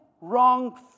wrong